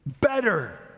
better